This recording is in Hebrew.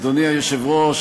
אדוני היושב-ראש,